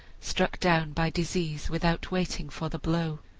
struck down by disease without waiting for the blow!